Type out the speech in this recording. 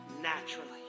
naturally